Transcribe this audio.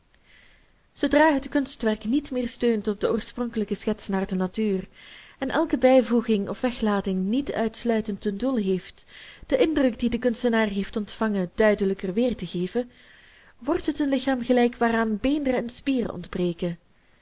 zoodra het kunstwerk niet meer steunt op de oorspronkelijke schets naar de natuur en elke bijvoeging of weglating niet uitsluitend ten doel heeft den indruk dien de kunstenaar heeft ontvangen duidelijker weertegeven wordt het een lichaam gelijk waaraan beenderen en spieren ontbreken